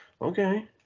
Okay